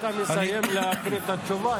כשאתה מסיים להקריא את התשובה,